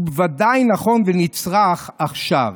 הוא בוודאי נכון ונצרך עכשיו.